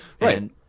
Right